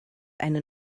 eine